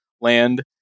land